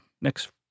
next